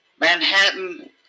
Manhattan